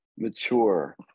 Mature